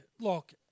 look